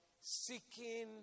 seeking